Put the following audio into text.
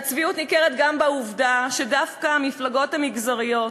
והצביעות ניכרת גם בעובדה שדווקא המפלגות המגזריות,